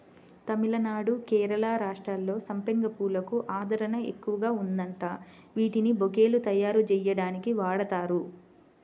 తమిళనాడు, కేరళ రాష్ట్రాల్లో సంపెంగ పూలకు ఆదరణ ఎక్కువగా ఉందంట, వీటిని బొకేలు తయ్యారుజెయ్యడానికి వాడతారు